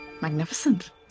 magnificent